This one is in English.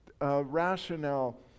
rationale